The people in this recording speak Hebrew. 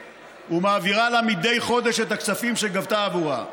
ומעבירה לה מדי חודש את הכספים שגבתה עבורה.